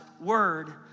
word